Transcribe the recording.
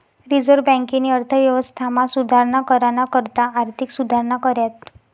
reserve बँकेनी अर्थव्यवस्थामा सुधारणा कराना करता आर्थिक सुधारणा कऱ्यात